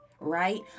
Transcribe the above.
right